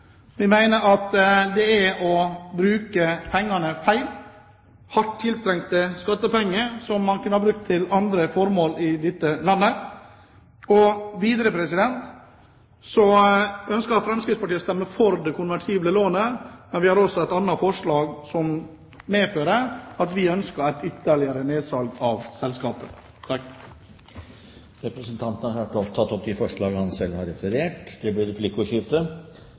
Vi mener at det er å bruke pengene feil – hardt tiltrengte skattepenger som man kunne har brukt til andre formål i dette landet. Videre ønsker Fremskrittspartiet å stemme for det konvertible lånet, men vi har også et annet forslag som innebærer at vi ønsker et ytterligere nedsalg av selskapet. Representanten Harald T. Nesvik har tatt opp det forslaget han refererte til. Det blir replikkordskifte.